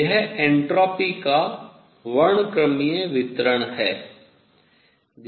यह एंट्रॉपी का वर्णक्रमीय वितरण है